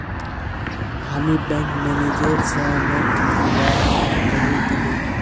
हामी bank manager स NEFT करवा कहइ दिले